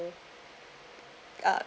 uh